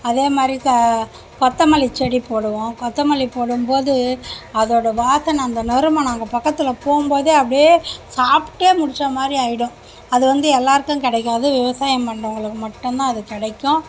அதே மாதிரி ச கொத்தமல்லி செடி போடுவோம் கொத்தமல்லி போடும்போது அதோட வாசனை அந்த நறுமணம் அங்கே பக்கத்தில் போகும்போதே அப்படியே சாப்பிட்டே முடித்த மாதிரி ஆகிடும் அது வந்து எல்லாேருக்கும் கிடைக்காது விவசாயம் பண்றவங்களுக்கு மட்டும் தான் அது கிடைக்கும்